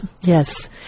Yes